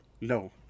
no